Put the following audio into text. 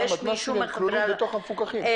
המדריכות והמפקחות לא